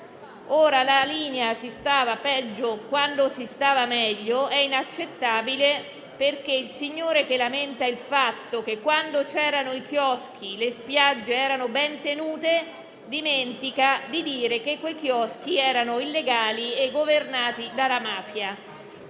Ora, la linea si stava peggio quando si stava peggio è inaccettabile perché il signore che lamenta il fatto che quando c'erano i chioschi le spiagge erano ben tenute dimentica di dire che quei chioschi erano illegali e governati dalla mafia».